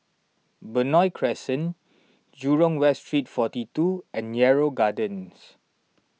Benoi Crescent Jurong West Street forty two and Yarrow Gardens